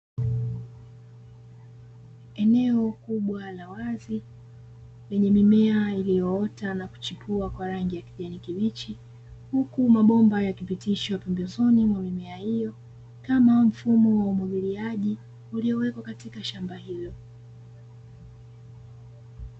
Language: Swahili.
Eneo kubwa la wazi, lenye mimea iliyoota na kuchipua kwa rangi ya kijani kibichi, huku mabomba yakipitishwa pembezoni mwa mimea hiyo, kama mfumo wa umwagiliaji ulio wekwa katika shamba hilo.